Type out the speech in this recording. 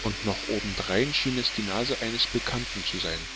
und noch obendrein schien es die nase eines bekannten zu sein